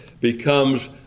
becomes